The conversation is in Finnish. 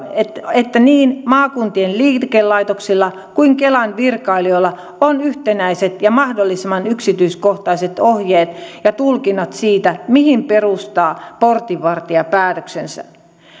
että niin maakuntien liikelaitoksilla kuin kelan virkailijoilla on yhtenäiset ja mahdollisimman yksityiskohtaiset ohjeet ja tulkinnat siitä mihin perustaa portinvartijan päätöksensä